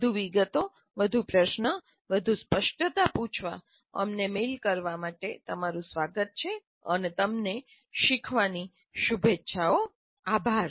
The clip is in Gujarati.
વધુ વિગતો વધુ પ્રશ્નો વધુ સ્પષ્ટતા પૂછવા અમને મેઇલ કરવા માટે તમારું સ્વાગત છે અને તમે શીખવાની શુભેચ્છાઓ આભાર